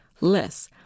less